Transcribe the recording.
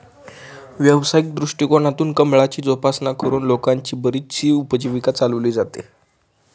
व्यावसायिक दृष्टिकोनातून कमळाची जोपासना करून लोकांची बरीचशी उपजीविका चालवली जाते